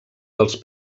dels